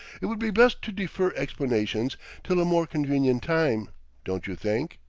it would be best to defer explanations till a more convenient time don't you think?